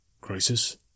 Crisis